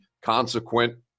consequent